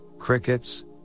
Crickets